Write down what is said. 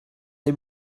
est